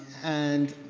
and